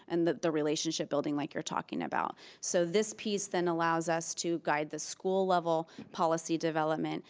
and the the relationship building like you're talking about. so this piece then allows us to guide the school level policy development.